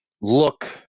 look